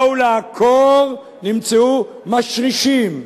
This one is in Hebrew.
באו לעקור, נמצאו משרישים.